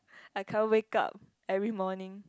I can't wake up every morning